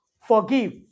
forgive